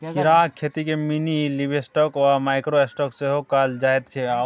कीड़ाक खेतीकेँ मिनीलिवस्टॉक वा माइक्रो स्टॉक सेहो कहल जाइत छै